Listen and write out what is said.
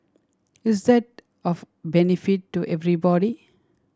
is that of benefit to everybody